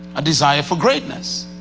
a desire for greatness.